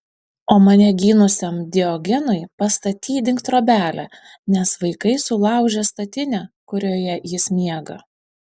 o mane gynusiam diogenui pastatydink trobelę nes vaikai sulaužė statinę kurioje jis miega